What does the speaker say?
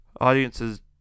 Audiences